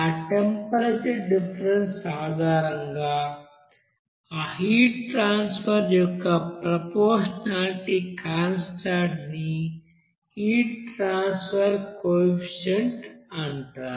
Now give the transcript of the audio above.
ఆ temperature difference ఆధారంగా ఆ హీట్ ట్రాన్సఫర్ యొక్క ప్రొపోర్షనాలిటీ కాన్స్టాంట్ ని హీట్ ట్రాన్సఫర్ కోఎఫిసిఎంట్ అంటారు